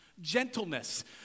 gentleness